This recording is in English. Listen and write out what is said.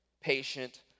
patient